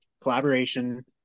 collaboration